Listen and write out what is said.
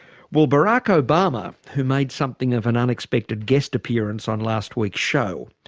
well barack obama, who made something of an unexpected guest appearance on last week's show,